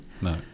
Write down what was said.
No